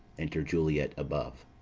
enter juliet above.